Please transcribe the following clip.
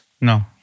No